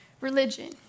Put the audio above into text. religion